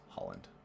Holland